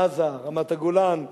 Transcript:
עזה, רמת-הגולן וכדומה.